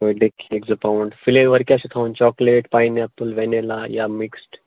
birth day cake زٕ pound flavour کیٛاہ چھُ تھاوُن چاکلیٹ پایِن اٮ۪پٕل وٮ۪نِلا یا مِکسٕڈ